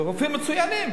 רופאים מצוינים,